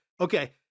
okay